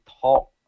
talk